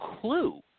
Clue